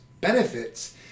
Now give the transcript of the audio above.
benefits